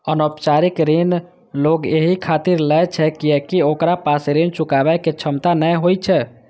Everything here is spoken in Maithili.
अनौपचारिक ऋण लोग एहि खातिर लै छै कियैकि ओकरा पास ऋण चुकाबै के क्षमता नै होइ छै